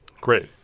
Great